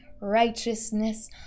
righteousness